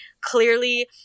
clearly